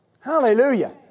Hallelujah